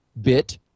bit